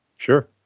Sure